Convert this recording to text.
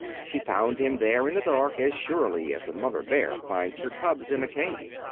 she found him, there in the dark, as surely as a mother bear finds her cubs in a cave.